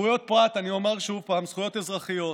זכויות פרט, אני אומר שוב פעם, זכויות אזרחיות.